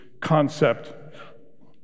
concept